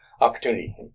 opportunity